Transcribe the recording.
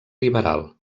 liberal